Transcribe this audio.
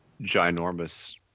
ginormous